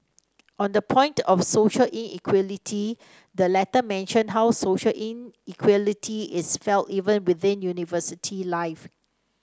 on the point of social inequality the letter mentioned how social inequality is felt even within university life